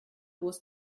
was